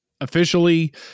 officially